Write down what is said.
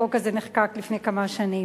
החוק הזה נחקק לפני כמה שנים.